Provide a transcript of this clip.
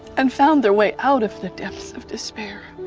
and found their way out of the depths of despair.